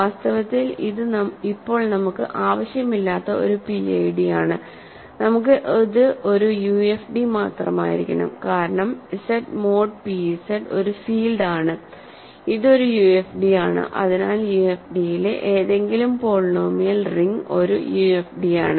വാസ്തവത്തിൽ ഇത് ഇപ്പോൾ നമുക്ക് ആവശ്യമില്ലാത്ത ഒരു PID ആണ് നമുക്ക് ഇത് ഒരു UFD മാത്രമായിരിക്കണം കാരണം Z മോഡ് p Z ഒരു ഫീൽഡ് ആണ് ഇത് ഒരു യുഎഫ്ഡിയാണ് അതിനാൽ യുഎഫ്ഡിയിലെ ഏതെങ്കിലും പോളിനോമിയൽ റിംഗ് ഒരു യുഎഫ്ഡിയാണ്